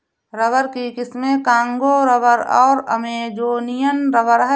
rubber की किस्में Congo rubber और अमेजोनियन रबर हैं